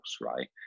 right